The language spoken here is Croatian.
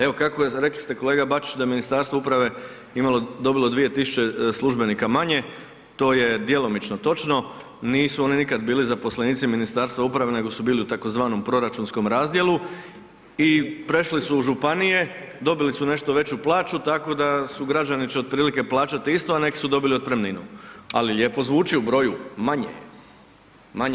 Evo kako je, rekli ste kolega Bačić, da Ministarstvo uprave je dobilo 2000 službenika manje, to je djelomično točno, nisu oni nikad bili zaposlenici Ministarstva uprave nego su bili u tzv. proračunskom razdjelu i prešli su u županije, dobili su nešto veću plaću, tako da građani će otprilike plaćati isto a neki su dobili otpremninu, ali lijepo zvuči u broju manje.